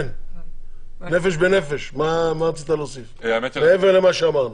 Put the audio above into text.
כן, 'נפש בנפש', מה רצית להוסיף מעבר למה שאמרנו?